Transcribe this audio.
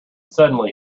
suddenly